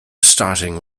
starting